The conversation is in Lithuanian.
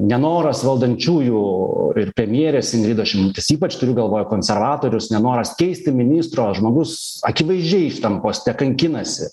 nenoras valdančiųjų ir premjerės ingridos šimonytės ypač turiu galvoj konservatorius nenoras keisti ministro žmogus akivaizdžiai šitam poste kankinasi